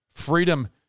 Freedom